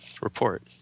report